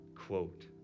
quote